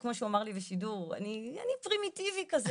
כמו שהוא אמר לי בשידור "אני פרימיטיבי כזה,